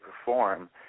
perform